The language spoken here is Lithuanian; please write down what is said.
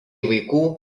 vaikų